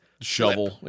Shovel